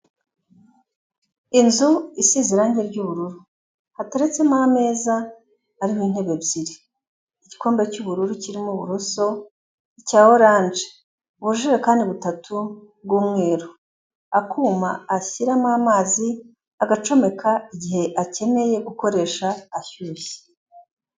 Inzu isize irangi ry'ubururu hateretsemo ameza arimo intebe ebyiri, igikombe cy'ubururu kirimo ubururoso cya orange, ubujerekani kandi butatu bw'umweru, akuma ashyiramo amazi agacomeka igihe akeneye gukoresha ashyushye.